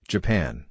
Japan